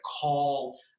call